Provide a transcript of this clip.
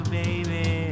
baby